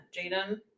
Jaden